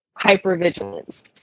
hypervigilance